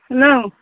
hello